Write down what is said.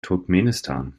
turkmenistan